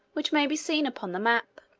which may be seen upon the map.